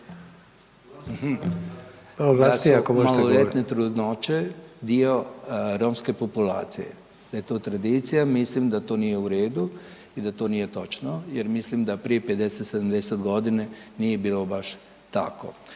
**Kajtazi, Veljko (Nezavisni)** ...da su maloljetne trudnoće dio romske populacije, da je to tradicija, mislim da to nije u redu i da to nije točno jer mislim da prije 50-70.g. nije bilo baš tako.